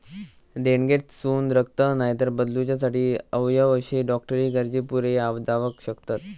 देणगेतसून रक्त, नायतर बदलूच्यासाठी अवयव अशे डॉक्टरी गरजे पुरे जावक शकतत